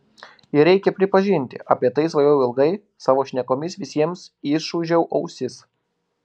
ir reikia pripažinti apie tai svajojau ilgai savo šnekomis visiems išūžiau ausis